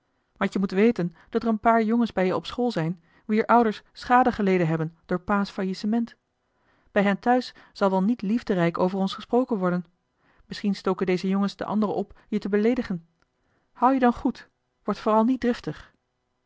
want je moet weten dat er een paar jongens bij je op school zijn wier ouders schade geleden hebben door pa's faillissement bij hen thuis zal wel niet liefderijk over ons gesproken worden misschien stoken deze jongens de andere op je te beleedigen houd je dan goed word vooral niet driftig